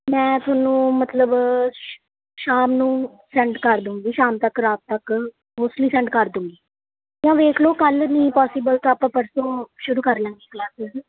ਮੈਂ ਤੁਹਾਨੂੰ ਮਤਲਬ ਸ਼ਾਮ ਨੂੰ ਸੈਂਡ ਕਰ ਦੂਗੀ ਸ਼ਾਮ ਤੱਕ ਰਾਤ ਤੱਕ ਮੋਸਟਲੀ ਸੈਂਡ ਕਰ ਦੂਗੀ ਤਾਂ ਵੇਖ ਲਉ ਕੱਲ੍ਹ ਨਹੀਂ ਪੋਸੀਬਲ ਤਾਂ ਆਪਾਂ ਪਰਸੋਂ ਸ਼ੁਰੂ ਕਰ ਲਵਾਂਗੇ ਕਲਾਸਿਸ